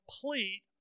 complete